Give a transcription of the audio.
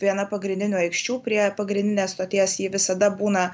viena pagrindinių aikščių prie pagrindinės stoties ji visada būna